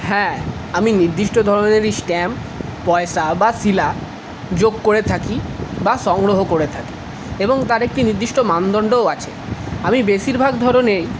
হ্যাঁ আমি নির্দিষ্ট ধরণেরই স্ট্যাম্প পয়সা বা শিলা যোগ করে থাকি বা সংগ্রহ করে থাকি এবং তার একটি নির্দিষ্ট মানদন্ডও আছে আমি বেশিরভাগ ধরনের